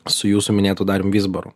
su jūsų minėtu darium vizbaru